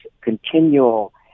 continual